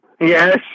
Yes